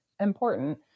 important